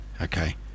Okay